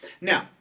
Now